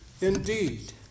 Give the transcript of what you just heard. indeed